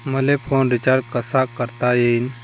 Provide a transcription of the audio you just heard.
मले phone recharge कसा करता येईन?